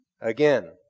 again